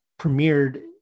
premiered